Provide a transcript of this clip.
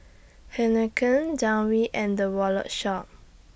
Heinekein Downy and The Wallet Shop